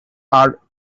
are